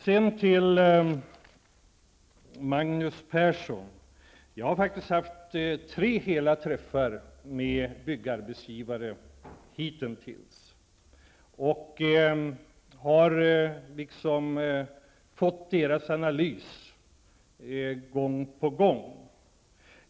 Sedan till Magnus Persson. Jag har faktiskt haft hela tre träffar med byggarbetsgivare hitintills och har fått deras analys gång på gång.